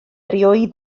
erioed